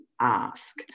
ask